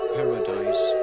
Paradise